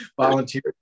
volunteer